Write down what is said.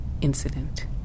incident